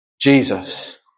Jesus